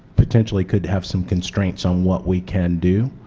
potentially could have some constraints on what we can do.